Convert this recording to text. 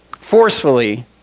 forcefully